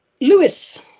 Lewis